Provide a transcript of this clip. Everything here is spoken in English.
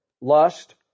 lust